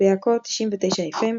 באקו 99FM,